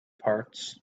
parts